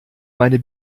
meine